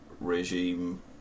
regime